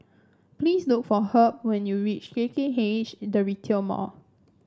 please look for Herb when you reach K K H The Retail Mall